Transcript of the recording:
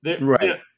Right